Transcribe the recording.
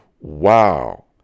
Wow